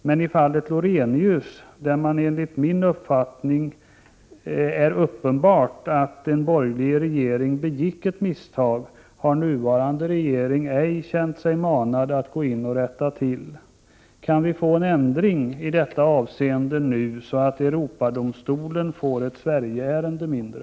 Men i fallet Lorenius, där det enligt min uppfattning är uppenbart att den borgerliga regeringen begick ett misstag, har regeringen ännu ej känt sig manad att gå in och ställa till rätta. Kan vi få en ändring i detta avseende nu så att Europadomstolen får ett Sverigeärende mindre?